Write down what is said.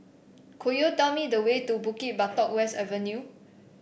could you tell me the way to Bukit Batok West Avenue